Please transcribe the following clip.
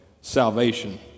salvation